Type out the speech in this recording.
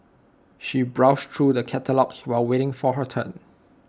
she browsed through the catalogues while waiting for her turn